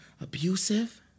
abusive